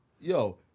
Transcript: Yo